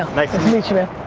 nice to meet you, man.